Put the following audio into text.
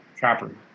chopper